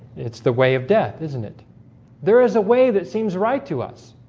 it's the way of death isn't it there is a way that seems right to us